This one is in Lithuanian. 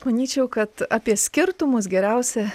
manyčiau kad apie skirtumus geriausia